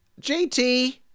JT